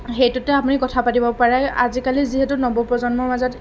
সেইটোতে আপুনি কথা পাতিব পাৰে আজিকালি যিহেতু নৱপ্ৰজন্মৰ মাজত